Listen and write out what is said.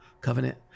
Covenant